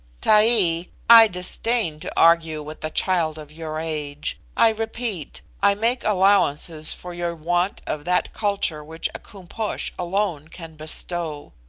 taee, i disdain to argue with a child of your age. i repeat, i make allowances for your want of that culture which a koom-posh alone can bestow.